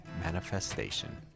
Manifestation